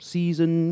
Season